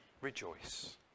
rejoice